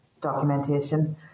documentation